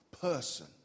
person